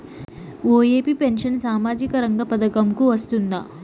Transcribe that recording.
OAP pension సామాజిక రంగ పథకం కు వస్తుందా?